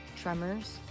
tremors